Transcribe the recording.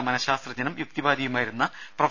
മനഃശാസ്ത്രജ്ഞനും യുക്തിവാദിയുമായിരുന്ന പ്രൊഫ